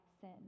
sin